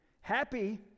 Happy